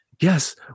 yes